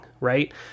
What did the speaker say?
Right